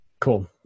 Cool